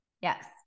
Yes